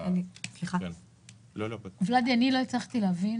אני לא הצלחתי להבין